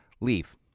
leave